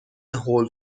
هول